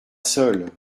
seul